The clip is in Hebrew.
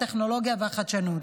הטכנולוגיה והחדשנות.